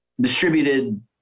distributed